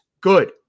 good